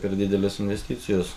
per didelės investicijos